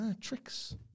Trick's